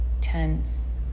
tense